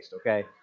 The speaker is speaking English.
okay